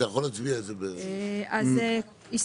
הם לא נמצאים, נו.